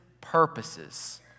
purposes